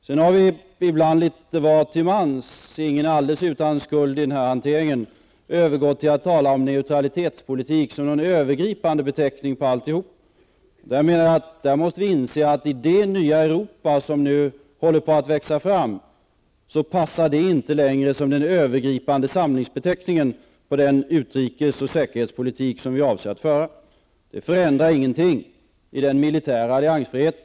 Sedan har vi ibland litet till mans -- ingen alldeles utan skuld i denna hantering -- övergått till att tala om neutralitetspolitik som någon övergripande beteckning på alltihop. Jag menar att vi måste inse att i det nya Europa som nu håller på att växa fram passar detta inte längre som den övergripande samlingsbeteckningen på den utrikes och säkerhetspolitik som vi avser att föra. Det förändrar ingenting i den militära alliansfriheten.